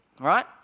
right